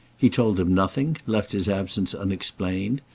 he told them nothing, left his absence unexplained,